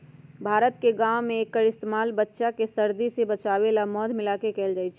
भारत के गाँव में एक्कर इस्तेमाल बच्चा के सर्दी से बचावे ला मध मिलाके कएल जाई छई